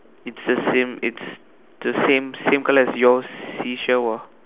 it's the same it's the same same colour as your seashell ah